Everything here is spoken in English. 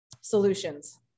solutions